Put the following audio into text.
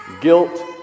guilt